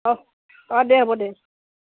অঁ অঁ দে হ'ব দে